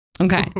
Okay